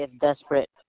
desperate